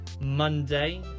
Monday